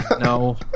no